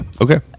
Okay